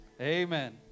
Amen